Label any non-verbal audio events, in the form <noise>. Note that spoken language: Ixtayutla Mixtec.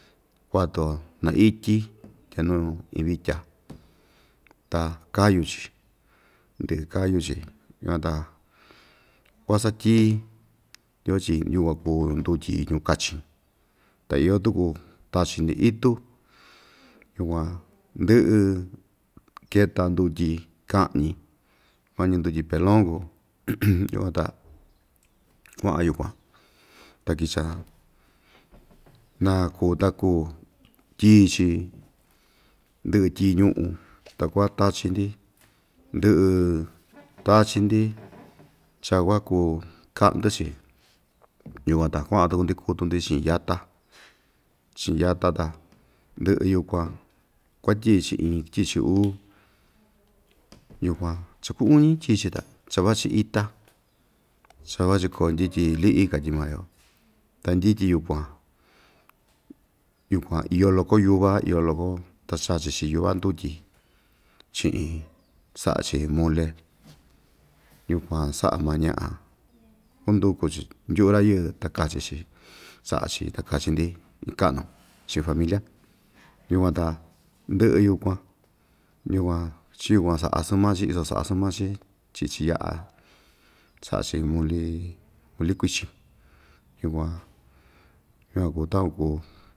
Kuatu‑yo naityi tya nuu iin vitya ta kayu‑chi ndɨꞌɨ kayu‑chi yukuan ta kuasatyii yoo‑chi yukuan kuu ndutyi ñuꞌun kachin ta iyo tuku tachi‑ndi itu yukuan ndɨꞌɨ keta ndutyi kaꞌñi mañi ndutyi pelon kuu <noise> yukuan ta kuaꞌan yukuan ta kicha naa kuu ta kuu tyii‑chi ndiꞌi tyii ñuꞌun ta kua tachi‑ndi ndɨꞌɨ tachi‑ndi cha kuakuu kaꞌndi‑chi yukuan ta kuaꞌan tuku‑ndi kutu‑ndi chiꞌin yata chiꞌin yata ta ndɨꞌɨ yukuan kuatyiꞌi‑chi iin tyiꞌi‑chi uu yukuan cha kuu uñi tyiꞌi‑chi ta cha vachi ita cha vachi koo ndyɨtyɨ liꞌi katyi maa‑yo ta ndyityi yukuan yukuan iyo loko yuva iyo loko ta chachi‑chi yuva ndutyi chiꞌin saꞌa‑chi mule yukuan saꞌa maa ñaꞌa kunduku‑chi ndyuꞌu rayɨɨ ta kachi‑chi saꞌa‑chi ta kachi‑chi iin kaꞌnu chiꞌun familia yukuan ta ndɨꞌɨ yukuan yukuan chiyukuan sa asɨn maa‑chi iso saꞌa asɨn maa‑chi tyiꞌi‑chi yaꞌa saꞌa‑chi muli muli kuichin yukuan yukuan kuu takuan kuu.